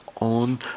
on